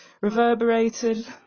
reverberated